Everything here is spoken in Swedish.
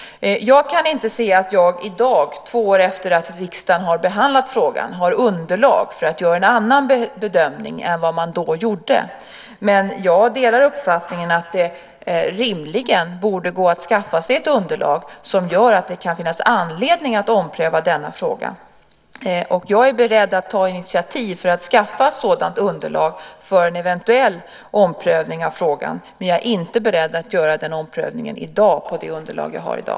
Jag kan inte se att jag i dag, två år efter att riksdagen har behandlat frågan, har underlag för att göra en annan bedömning än vad man då gjorde, men jag delar uppfattningen att det rimligen borde gå att skaffa sig ett underlag som gör att det kan finnas anledning att ompröva denna fråga. Jag är beredd att ta initiativ för att skaffa ett sådant underlag för en eventuell omprövning av frågan, men jag är inte beredd att göra den omprövningen i dag med det underlag jag har i dag.